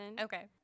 okay